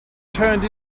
turned